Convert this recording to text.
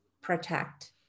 protect